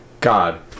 god